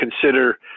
consider